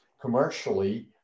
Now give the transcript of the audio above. commercially